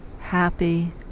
happy